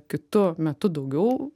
kitu metu daugiau